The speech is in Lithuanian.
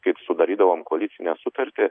kaip sudarydavom koalicinę sutartį